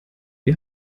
ihr